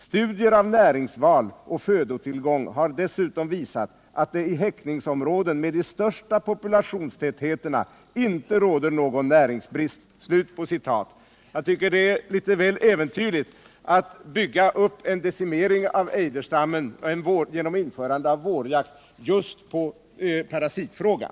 Studier av näringsval och födotillgång har dessutom visat att det i häckningsområden med de största populationstätheterna inte råder någon näringsbrist.” Det är litet väl äventyrligt att bygga upp en decimering av ejderstammen genom införande av vårjakt just på parasitfrågan.